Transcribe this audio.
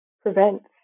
prevents